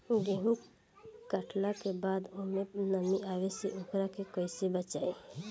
गेंहू कटला के बाद ओमे नमी आवे से ओकरा के कैसे बचाई?